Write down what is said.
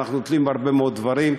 ואנחנו תלויים בהרבה מאוד דברים.